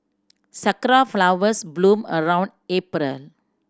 sakura flowers bloom around April